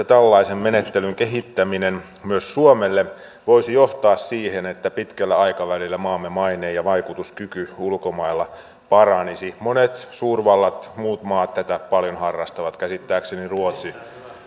tällaisen menettelyn kehittäminen myös suomelle voisi johtaa siihen että pitkällä aikavälillä maamme maine ja vaikutuskyky ulkomailla paranisi monet suurvallat muut maat tätä paljon harrastavat käsittääkseni ruotsi